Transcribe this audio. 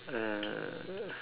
uh